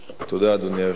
אדוני היושב-ראש,